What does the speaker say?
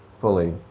fully